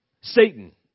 Satan